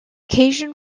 cajun